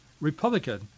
Republican